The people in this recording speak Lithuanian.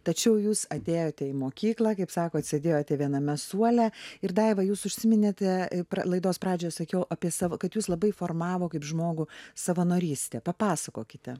tačiau jūs atėjote į mokyklą kaip sakote sėdėjote viename suole ir daiva jūs užsiminėte pralaidos pradžią sakiau apie savo kad jus labai formavo kaip žmogų savanorystę papasakokite